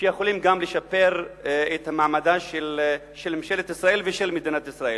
שיכולות גם לשפר את המעמד של ממשלת ישראל ושל מדינת ישראל.